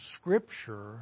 Scripture